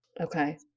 Okay